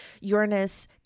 Uranus